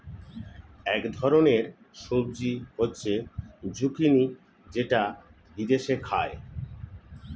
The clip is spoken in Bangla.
এক ধরনের সবজি হচ্ছে জুকিনি যেটা বিদেশে খায়